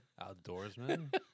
outdoorsman